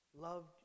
loved